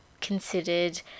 considered